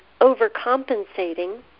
overcompensating